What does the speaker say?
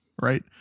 right